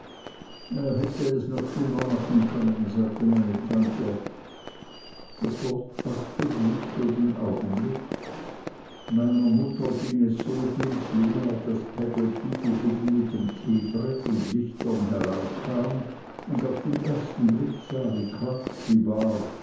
er hätte es noch schlimmer machen können sagte meine tante das wort paßte gut für den augenblick meiner mutter ging es soviel schlimmer daß peggotty die eben mit dem teebrett und lichtern hereinkam und auf den ersten blick sah wie krank sie war